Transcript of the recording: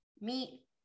meat